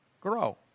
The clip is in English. Grow